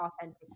authentic